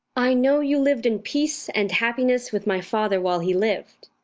i know you lived in peace and happiness with my father while he lived.